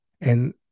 And-